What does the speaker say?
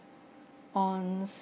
on